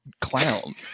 clown